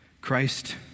Christ